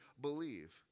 believe